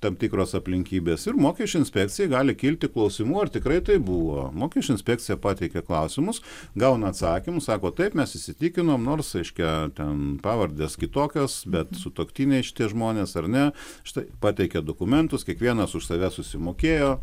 tam tikros aplinkybės ir mokesčių inspekcijai gali kilti klausimų ar tikrai tai buvo mokesčių inspekcija pateikia klausimus gauna atsakymus sako taip mes įsitikinom nors reiškia ten pavardės kitokios bet sutuoktiniai šitie žmonės ar ne štai pateikė dokumentus kiekvienas už save susimokėjo